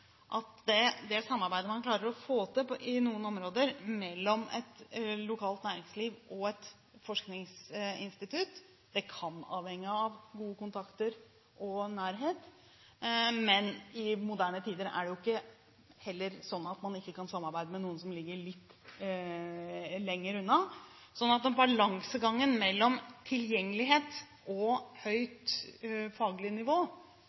at det samarbeidet man klarer å få til i noen områder, mellom et lokalt næringsliv og et forskningsinstitutt, kan avhenge av gode kontakter og nærhet. Men i moderne tider er det heller ikke slik at man ikke kan samarbeide med noen som ligger litt lenger unna. Balansegangen mellom tilgjengelighet og høyt faglig nivå